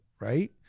right